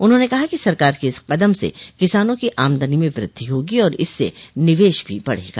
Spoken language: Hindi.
उन्होंने कहा कि सरकर के इस कदम से किसानों को आमदनी में वृद्धि होगी और इससे निवेश भी बढ़ेगा